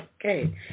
Okay